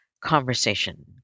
conversation